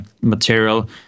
material